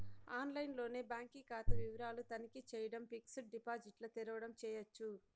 ఆన్లైన్లోనే బాంకీ కాతా వివరాలు తనఖీ చేయడం, ఫిక్సిడ్ డిపాజిట్ల తెరవడం చేయచ్చు